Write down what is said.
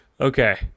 Okay